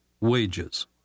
wages